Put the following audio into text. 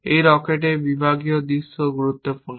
এই রকেটের বিভাগীয় দৃশ্যও গুরুত্বপূর্ণ